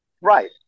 Right